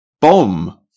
bomb